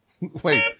Wait